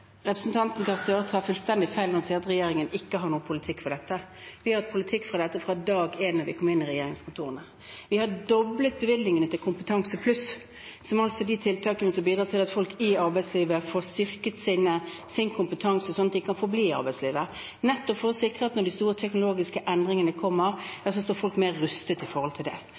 Representanten Gahr Støre tar fullstendig feil når han sier at regjeringen ikke har noen politikk for dette. Vi har hatt politikk for dette fra dag én siden vi kom inn i regjeringskontorene. Vi har doblet bevilgningene til Kompetansepluss, som er et tiltak som bidrar til at folk i arbeidslivet får styrket sin kompetanse, slik at de kan forbli i arbeidslivet – nettopp for å sikre at når de store teknologiske endringene kommer, ja, så står folk bedre rustet